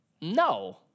No